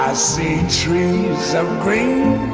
see trees of green